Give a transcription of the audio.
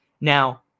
Now